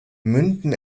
münden